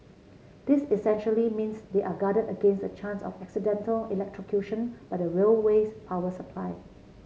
this essentially means they are guarded against the chance of accidental electrocution by the railway's power supply